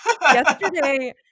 Yesterday